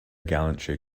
gallantry